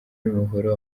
imihoro